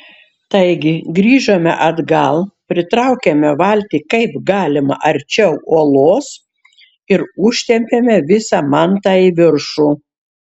taigi grįžome atgal pritraukėme valtį kaip galima arčiau uolos ir užtempėme visą mantą į viršų